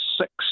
six